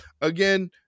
Again